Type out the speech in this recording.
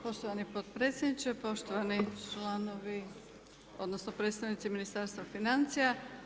Poštovani potpredsjedniče, poštovani članovi, odnosno, predstavnici Ministarstva financija.